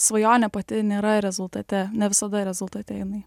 svajonė pati nėra rezultate ne visada rezultate jinai